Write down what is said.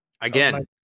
Again